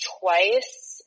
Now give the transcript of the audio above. twice